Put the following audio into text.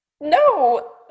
no